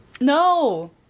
No